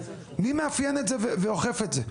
מי מאפיין את זה ואוכף את זה?